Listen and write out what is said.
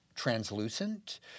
translucent